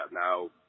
now